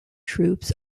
troops